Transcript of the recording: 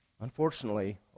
Unfortunately